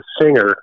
singer